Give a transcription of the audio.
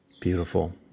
Beautiful